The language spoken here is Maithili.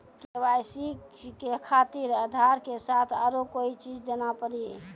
के.वाई.सी खातिर आधार के साथ औरों कोई चीज देना पड़ी?